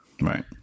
right